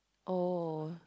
oh